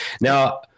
now